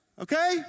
okay